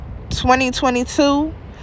2022